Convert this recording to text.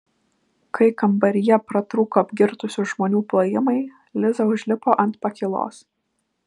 kai kambaryje pratrūko apgirtusių žmonių plojimai liza užlipo ant pakylos